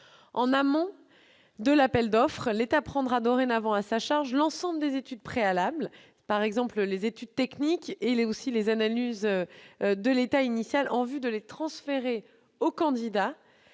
En amont de l'appel d'offres, l'État prendra dorénavant à sa charge l'ensemble des études préalables, par exemple les études techniques et les analyses de l'état initial, en vue de les transmettre aux candidats.